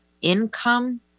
income